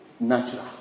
Natural